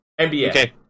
NBA